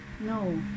No